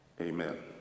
Amen